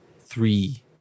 three